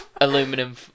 Aluminum